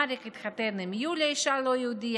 מאריק התחתן עם יוליה, אישה לא יהודייה.